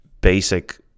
basic